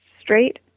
straight